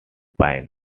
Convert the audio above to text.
spine